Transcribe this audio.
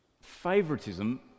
Favoritism